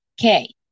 Okay